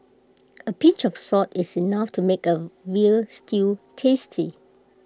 A pinch of salt is enough to make A Veal Stew tasty